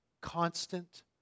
constant